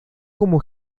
como